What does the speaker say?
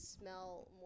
smell